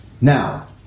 Now